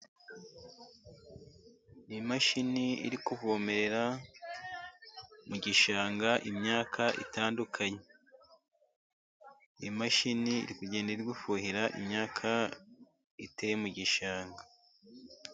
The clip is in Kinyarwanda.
N'imashini iri kuvomerera mu gishanga imyaka itandukanye , imashini iri kugenda iri gufuhira imyaka iteye mu gishanga.